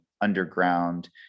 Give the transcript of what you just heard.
underground